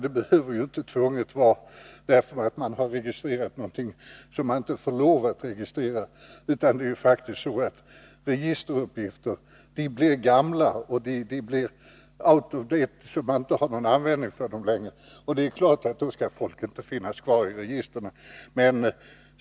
De behöver inte tvunget bero på att man har registrerat någon som man inte får registrera. Registeruppgifter blir faktiskt gamla och out of date så att man inte har någon användning för dem längre. Det är klart att folk då inte skall finnas kvar i registren.